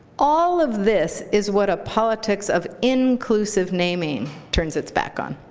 all of this is what a politics of inclusive naming turns its back on.